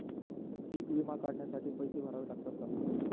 पीक विमा काढण्यासाठी पैसे भरावे लागतात का?